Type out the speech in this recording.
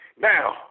Now